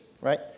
right